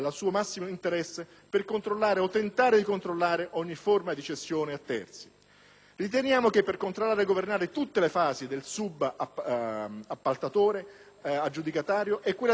Riteniamo che per controllare e governare tutte le fasi del subappaltatore aggiudicatario lo strumento sia quello di applicare la norma del subappalto "di tipo passante" o del pagamento attraverso bonifico bancario.